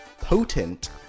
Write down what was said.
potent